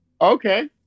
Okay